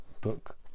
book